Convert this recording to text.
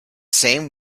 same